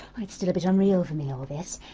it's still a bit unreal for me, all this.